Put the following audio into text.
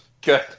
Good